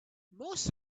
most